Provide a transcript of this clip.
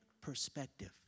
perspective